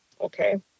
okay